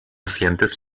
sientes